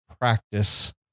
practice